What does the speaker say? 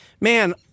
man